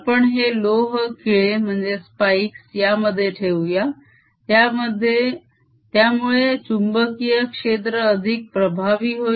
आपण हे लोह खिळे यामध्ये ठेऊया त्यामुळे चुंबकीय क्षेत्र अधिक प्रभावी होईल